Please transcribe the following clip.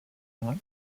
not